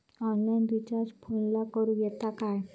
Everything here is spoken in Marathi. ऑनलाइन रिचार्ज फोनला करूक येता काय?